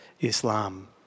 Islam